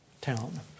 town